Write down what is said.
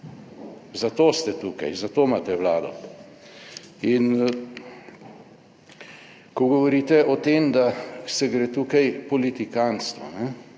za to ste tukaj, za to imate Vlado. In ko govorite o tem, da se gre tukaj politikantstvo,